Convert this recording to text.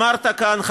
אמרת כאן,